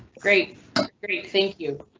great great thank you.